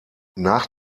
nach